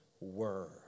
word